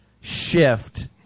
Shift